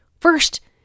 First